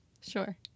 Sure